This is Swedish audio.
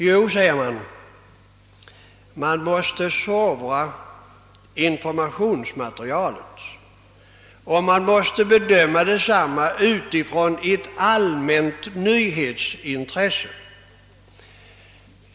Jo, säger man, man måste sovra informationsmaterialet och man måste bedöma detsamma utifrån ett allmänt nyhetsintresse.